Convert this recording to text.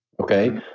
okay